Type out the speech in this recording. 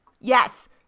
Yes